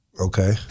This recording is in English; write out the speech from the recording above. Okay